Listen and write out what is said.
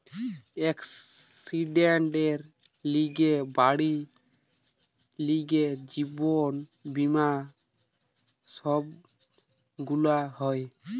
একসিডেন্টের লিগে, বাড়ির লিগে, জীবন বীমা সব গুলা হয়